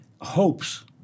hopes